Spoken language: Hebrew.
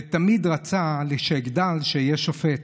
ותמיד רצה שכשאגדל אהיה שופט.